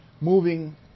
moving